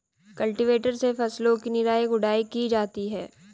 cultivator से फसलों की निराई गुड़ाई की जाती है